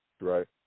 Right